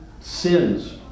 sins